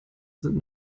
sind